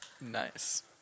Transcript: nice